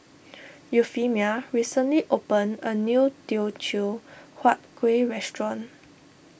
Euphemia recently opened a new Teochew Huat Kueh restaurant